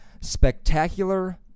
Spectacular